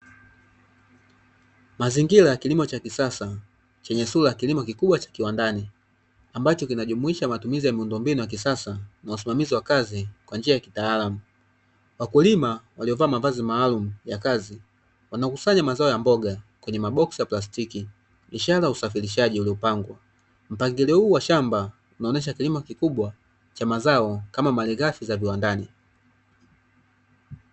Mazingira ya kilimo cha kisasa chenye sura kilimo kikubwa cha kiwandani, ambacho kinajumuisha matumizi ya miundombinu ya kisasa, wasimamizi wa kazi kwa njia ya kitaalamu. Wakulima waliovaa mavazi maalum ya kazi wanakusanya mazao ya mboga kwenye maboksi ya plastiki, ishara za usafirishaji uliopangwa. Mpangilio huu wa shamba unaonyesha kilimo kikubwa cha mazao kama malighafi za viwandani